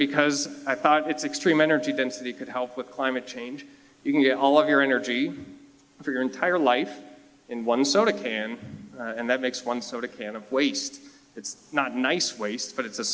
because i thought it's extreme energy density could help with climate change you can get all of your energy for your entire life in one soda can and that makes one soda can of waste it's not nice waste but it's a